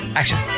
action